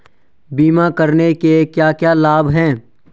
बीमा करने के क्या क्या लाभ हैं?